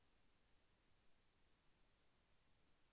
Marketing అనగానేమి?